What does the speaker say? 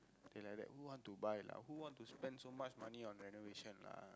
okay like that who want to buy lah who want to spend so much money on renovation lah